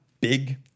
big